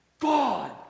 God